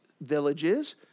villages